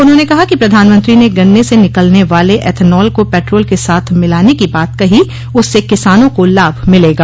उन्होंने कहा कि प्रधानमंत्री ने गन्ने से निकलने वाले एथेनाल को पेट्रोल के साथ मिलाने की बात कही उससे किसानों को लाभ मिलेगा